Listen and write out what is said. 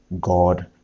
God